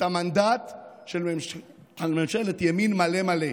את המנדט של ממשלת ימין מלא מלא.